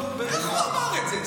איך הוא אמר את זה?